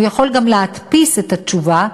הוא גם יכול להדפיס את התשובה,